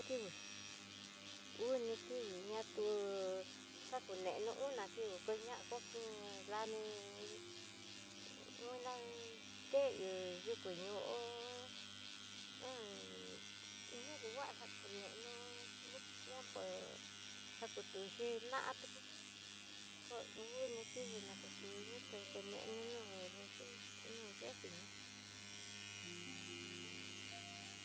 Kikui uni kikui na ti'ú xakunpe na kuna kí kuñako kon, dani una teiño yukú ñóo hó on, ñadikuaxa kuneno mucbho tiempo xakutuxi, katu ku uu ni kikui nakutú ñuté kenenó no nrefri no nrefrí.